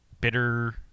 bitter